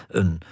een